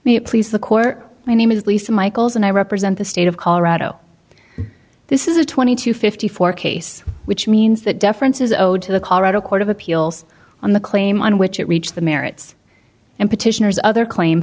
it please the court my name is lisa michaels and i represent the state of colorado this is a twenty two fifty four case which means that deference is owed to the colorado court of appeals on the claim on which it reached the merits and petitioners other claim